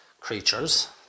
creatures